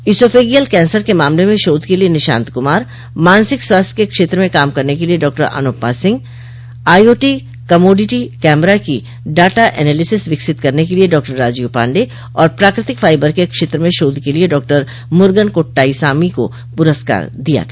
oesophageal cancer के मामले में शोध के लिए निशांत कुमार मानसिक स्वास्थ्य के क्षेत्र में काम करने के लिए डॉ Anupama Singh IOT commodity camera की डाटा एनालिसिस विकसित करने के लिए डॉ राजीव पांडे और प्राकृतिक फाइबर के क्षेत्र में शोध के लिए डॉ मुर्गन कोट्टाईसामी को पुरस्कार दिया गया